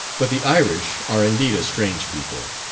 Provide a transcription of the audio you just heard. but the irish are indeed a strange people.